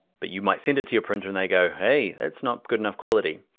but you might send it to your printer and they go, hey, that's not good enough quality.